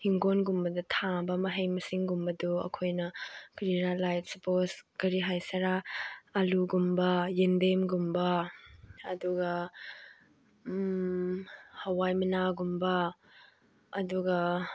ꯏꯪꯈꯣꯜꯒꯨꯝꯕꯗ ꯊꯥꯕ ꯃꯍꯩ ꯃꯁꯤꯡꯒꯨꯝꯕꯗꯣ ꯑꯩꯈꯣꯏꯅ ꯀꯔꯤꯔꯥ ꯂꯥꯏꯛ ꯁꯄꯣꯖ ꯀꯔꯤ ꯍꯥꯏꯁꯤꯔꯥ ꯑꯥꯜꯂꯨꯒꯨꯝꯕ ꯌꯦꯟꯗꯦꯝꯒꯨꯝꯕ ꯑꯗꯨꯒ ꯍꯋꯥꯏ ꯃꯅꯥꯒꯨꯝꯕ ꯑꯗꯨꯒ